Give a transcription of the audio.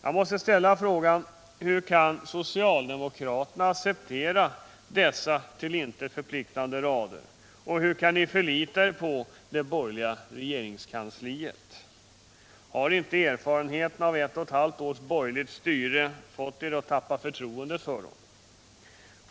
Jag måste ställa frågan: Hur kan socialdemokraterna acceptera dessa till intet förpliktande rader, och hur kan ni förlita er på de borgerligas regeringskansli? Har inte erfarenheterna av ett och ett halvt års borgerligt styre fått er att tappa förtroendet för dem?